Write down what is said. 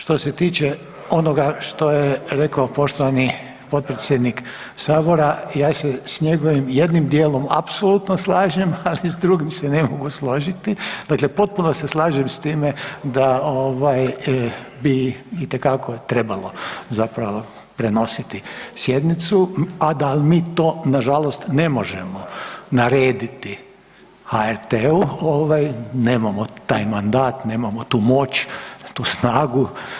Što se tiče onoga što je rekao poštovani potpredsjednik sabora, ja se s njegovim jednim dijelom apsolutno slažem, ali s drugim se ne mogu složiti, dakle potpuno se slažem s time da ovaj bi itekako trebalo zapravo prenositi sjednicu, a da mi to nažalost ne možemo narediti HRT-u ovaj, nemamo taj mandat, nemamo tu moć, tu snagu.